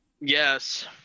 Yes